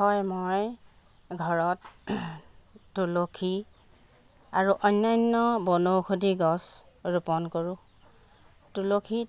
হয় মই ঘৰত তুলসী আৰু অন্যান্য বনষৌধি গছ ৰোপণ কৰোঁ তুলসীত